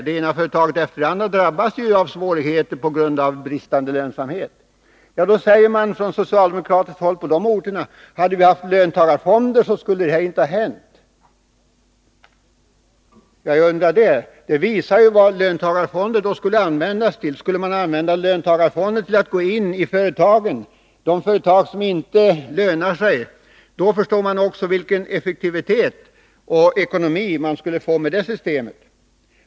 Det ena företaget efter det andra drabbas ju av svårigheter på grund av bristande lönsamhet. Men då säger man från socialdemokratiskt håll på de berörda orterna att hade vi haft löntagarfonder, skulle det och det inte ha hänt. Jag undrar hur det är med den saken. Det resonemanget visar ju vad löntagarfonderna skulle användas till. Skulle man använda löntagarfonderna till att gå in i de företag som inte lönar sig, ja, då förstår vi också vilken effektivitet och vilken ekonomi det skulle bli med ett sådant system.